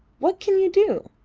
what can you do?